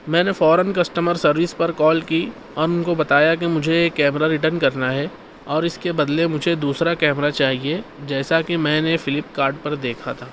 ميں نے فوراً كسٹمر سروس پر كال كى اور ان كو بتايا کہ مجھے کیمرہ ریٹرن کرنا ہے اور اس کے بدلے مجھے دوسرا کیمرہ چاہیے جیسا کہ میں نے فلپ کارٹ پر دیکھا تھا